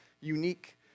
unique